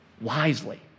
wisely